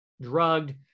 drugged